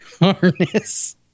Harness